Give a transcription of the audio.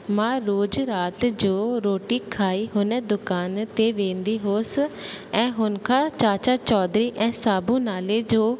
मां रोज़ु राति जो रोटी खाई हुन दुकान ते वेंदी हुअसि ऐं हुन खां चाचा चौधरी ऐं साबू नाले जो